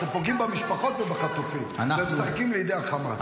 אתם פוגעים במשפחות ובחטופים, ומשחקים לידי החמאס.